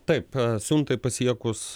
taip siuntai pasiekus